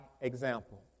example